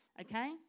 Okay